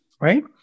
Right